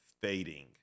fading